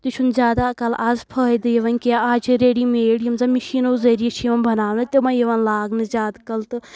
تہِ چھُنہٕ زیادٕ اَکَل آز فٲیِدٕ یِوان کینٛہہ آز چھِ ریڈی میڈ یِم زَن مِشیٖنو ذٔریعہِ چھِ یِوان بَناونہٕ تِمَے یِوان لاگنہٕ زیادٕ کَل تہٕ